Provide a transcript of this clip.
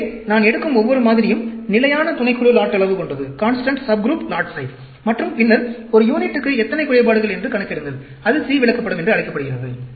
எனவே நான் எடுக்கும் ஒவ்வொரு மாதிரியும் நிலையான துணைக்குழு லாட் அளவு கொண்டது மற்றும் பின்னர் ஒரு யூனிட்டுக்கு எத்தனை குறைபாடுகள் என்று கணக்கிடுங்கள் அது C விளக்கப்படம் என்று அழைக்கப்படுகிறது